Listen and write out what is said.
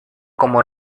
como